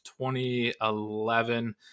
2011